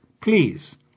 please